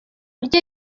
rye